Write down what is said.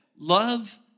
love